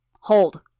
Hold